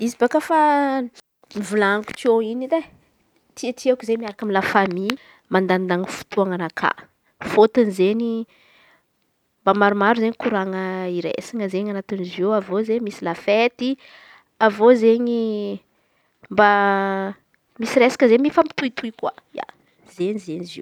Izy baka efa volan̈̈iko teo in̈y edy e titiako izen̈y miaraka amy la famy mandanindany fôtônanakà. Fôtony izen̈y mba maromaro izen̈y koran̈a hiraisana izen̈y anatin'izy io. Avy eo izen̈y lafety avy eo izen̈y mba misy resaka zay koa mifampitohitohy koa izen̈y zey izy io.